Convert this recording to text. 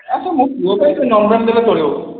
ଆଚ୍ଛା ମୋ ପୁଅ ପାଇଁ